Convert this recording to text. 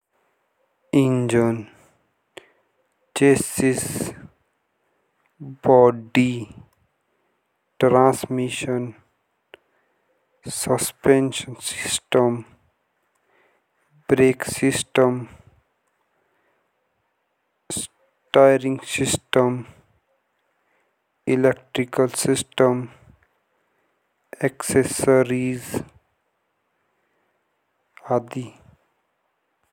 Engine, unintelligible, body, transmission, suspension, system brake system, steering system, brake system, electrical system, accessible आदि।